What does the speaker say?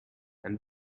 and